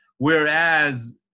Whereas